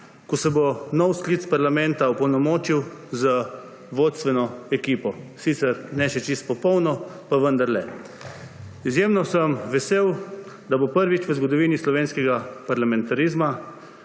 ko se bo nov sklic parlamenta opolnomočil z vodstveno ekipo, sicer še ne čisto popolno, pa vendarle. Izjemno sem vesel, da bo prvič v zgodovini slovenskega parlamentarizma